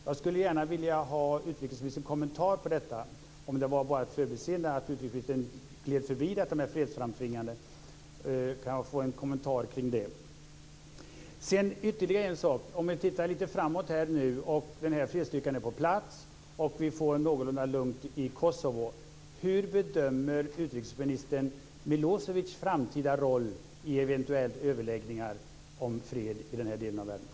Jag skulle gärna vilja ha utrikesministerns kommentar kring detta. Var det bara ett förbiseende som gjorde att utrikesministern gled förbi det här med fredsframtvingande åtgärder? Kan jag få en kommentar kring det? Jag vill ta upp ytterligare en sak. Vi kan titta lite framåt och tänka oss att den här fredsstyrkan är på plats och att det blir någorlunda lugnt i Kosovo. Hur bedömer utrikesministern Milosevic framtida roll i eventuella överläggningar om fred i den här delen i världen?